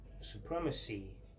supremacy